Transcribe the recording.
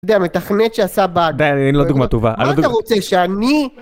זה המתכנת שעשה בעדיין, אין לו דוגמא טובה. מה אתה רוצה שאני...